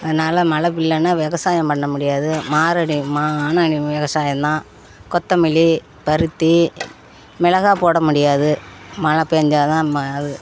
அதனால மழை விடலனா விவசாயம் பண்ண முடியாது மாறனி மானனி விவசாயம் தான் கொத்தமல்லி பருத்தி மிளகா போடா முடியாது மழை பெஞ்சா தான் ம அது